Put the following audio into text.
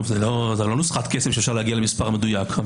זה לא נוסחת קסם שאפשר להגיע למספר מדויק.